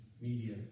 media